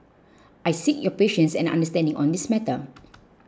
I seek your patience and understanding on this matter